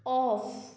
off